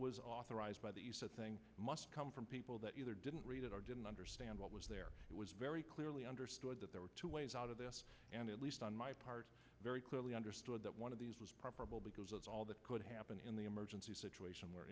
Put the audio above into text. was authorized by the thing must come from people that either didn't read it or didn't understand what was there it was very clearly understood that there were two ways out of this and at least on my part very clearly understood that one of these was preferable because of all that could happen in the emergency situation where